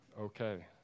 okay